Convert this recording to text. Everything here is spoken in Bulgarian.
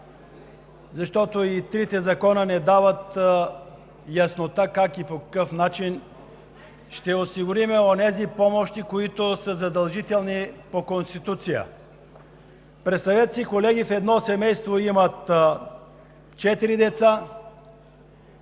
защото и трите закона не дават яснота как и по какъв начин ще осигурим онези помощи, които са задължителни по Конституция. Представете си, колеги, едно семейство има четири деца,